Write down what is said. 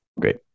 Great